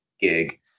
gig